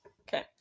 Okay